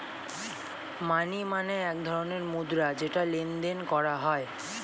মানি মানে এক ধরণের মুদ্রা যেটা লেনদেন করা হয়